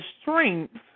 strength